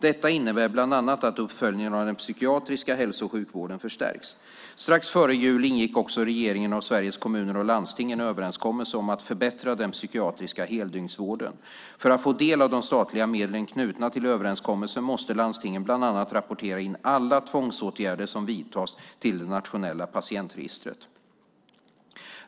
Detta innebär bland annat att uppföljningen av den psykiatriska hälso och sjukvården förstärks. Strax före jul ingick också regeringen och Sveriges Kommuner och Landsting en överenskommelse om att förbättra den psykiatriska heldygnsvården. För att få del av de statliga medlen knutna till överenskommelsen måste landstingen bland annat rapportera in alla tvångsåtgärder som vidtas till det nationella patientregistret.